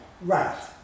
Right